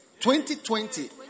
2020